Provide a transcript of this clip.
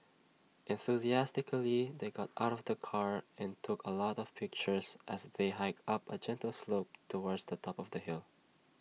enthusiastically they got out of the car and took A lot of pictures as they hiked up A gentle slope towards the top of the hill